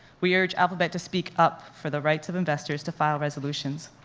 we urge alphabet to speak up for the rights of investors to file resolutions.